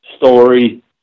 story